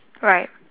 right